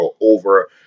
over